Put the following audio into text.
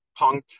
punked